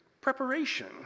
preparation